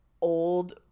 old